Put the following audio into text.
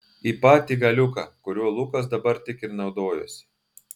į patį galiuką kuriuo lukas dabar tik ir naudojosi